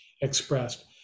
expressed